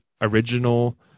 original